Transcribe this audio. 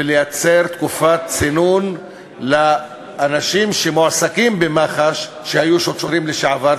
ולייצר תקופת צינון לאנשים שמועסקים במח"ש שהיו שוטרים לשעבר,